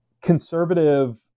conservative